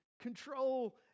control